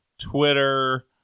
Twitter